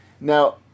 Now